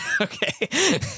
Okay